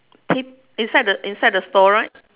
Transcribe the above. ta~ inside inside the store right